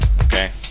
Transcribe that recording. okay